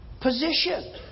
position